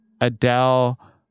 Adele